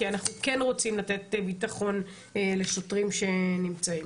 כי אנחנו כן רוצים לתת ביטחון לשוטרים שנמצאים.